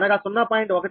15 p